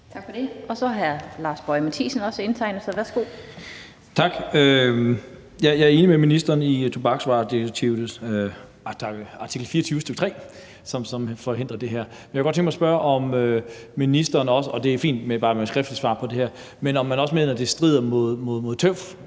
jeg er enig med ministeren i tobaksvaredirektivets artikel 24, stk. 3, som forhindrer det her. Men jeg kunne godt tænke mig at spørge ministeren – og det er fint med bare et skriftligt svar på det her – om man også mener, at det strider mod TEUF,